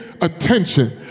attention